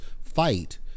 fight